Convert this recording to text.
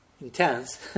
intense